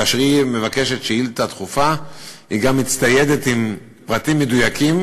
כאשר היא מבקשת שאילתה דחופה היא גם מצטיידת בפרטים מדויקים,